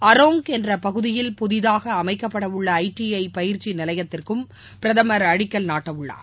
அரோங்க் என்ற பகுதியில் புதிதாக அமைக்கப்படவுள்ள ஐடிஐ பயிற்சி நிலையத்திற்கும் பிரதமர் அடக்கல் நாட்டவுள்ளார்